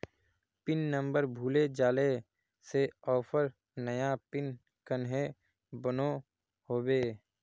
Pin number भूले जाले से ऑफर नया पिन कन्हे बनो होबे?